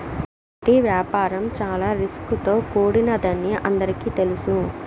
వడ్డీ వ్యాపారం చాలా రిస్క్ తో కూడినదని అందరికీ తెలుసు